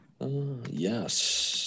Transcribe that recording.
Yes